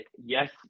yes